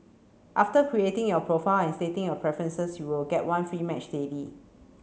after creating your profile and stating your preferences you will get one free match daily